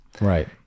Right